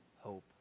hope